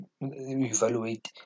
evaluate